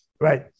Right